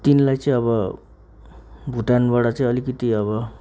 तिनलाई चाहिँ अब भुटानबाट चाहिँ अलिकति अब